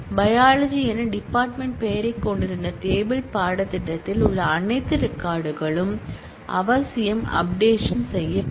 biology என department பெயரைக் கொண்டிருந்த டேபிள் பாடத்திட்டத்தில் உள்ள அனைத்து ரெக்கார்ட் களும் அவசியம் அப்டேஷன் செய்யப்படும்